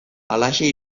halaxe